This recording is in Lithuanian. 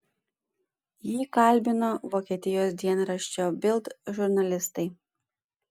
jį kalbino vokietijos dienraščio bild žurnalistai